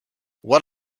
what